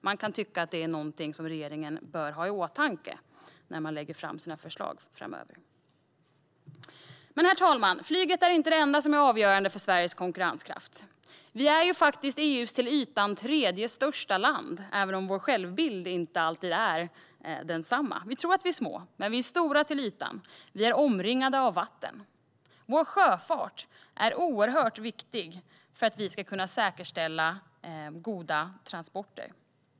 Man kan tycka att detta är något som regeringen bör ha i åtanke när den lägger fram sina förslag framöver. Men, herr talman, flyget är inte det enda som är avgörande för Sveriges konkurrenskraft. Vi är faktiskt EU:s till ytan tredje största land, även om det inte alltid avspeglas i vår självbild. Vi tror att vi är små, men vi är stora till ytan. Vi är omringade av vatten. Vår sjöfart är oerhört viktig för att vi ska kunna säkerställa goda transporter.